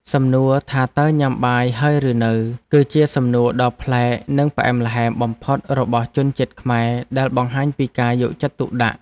សំណួរថាតើញ៉ាំបាយហើយឬនៅគឺជាសំណួរដ៏ប្លែកនិងផ្អែមល្ហែមបំផុតរបស់ជនជាតិខ្មែរដែលបង្ហាញពីការយកចិត្តទុកដាក់។